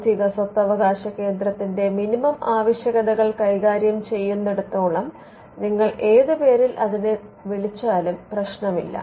ബൌദ്ധിക സ്വത്തവകാശ കേന്ദ്രത്തിന്റെ മിനിമം ആവശ്യകതകൾ കൈകാര്യം ചെയ്യുന്നടത്തോളം നിങ്ങൾ ഏതു പേരിൽ അതിനെ നിങ്ങൾ വിളിച്ചാലും പ്രശ്നമില്ല